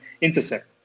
intercept